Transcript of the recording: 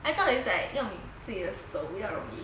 I thought is like 用自己的手比较容易